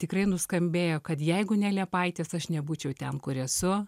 tikrai nuskambėjo kad jeigu ne liepaitės aš nebūčiau ten kur esu